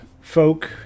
folk